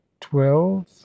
twelve